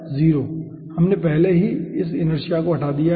0 हमने पहले ही इस इनर्शिया को हटा दिया है